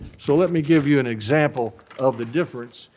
so, let me give you an example of the difference.